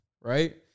right